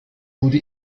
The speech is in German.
wurde